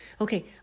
Okay